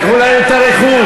לקחו להם את הרכוש,